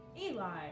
eli